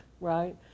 right